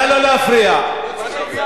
תודה רבה.